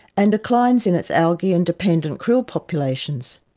and declines in its algae and dependent krill populations.